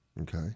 Okay